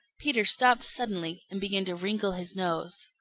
peter stopped suddenly and began to wrinkle his nose.